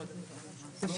11:46.